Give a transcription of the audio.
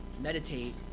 meditate